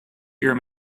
uur